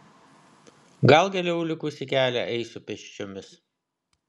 gal geriau likusį kelią eisiu pėsčiomis